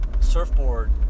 surfboard